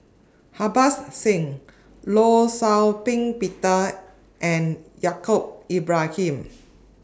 Harbans Singh law Shau Ping Peter and Yaacob Ibrahim